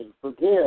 forgive